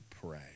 pray